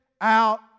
out